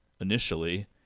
initially